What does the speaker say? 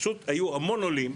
היו המון עולים,